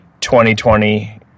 2020